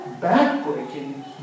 back-breaking